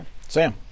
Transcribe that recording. Sam